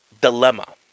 dilemma